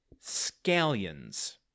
Scallions